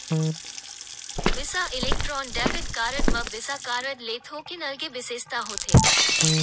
बिसा Electron debit card म Visa card ले थोकिन अलगे बिसेसता होथे